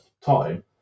time